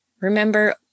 Remember